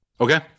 Okay